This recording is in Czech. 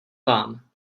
vám